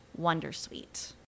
wondersuite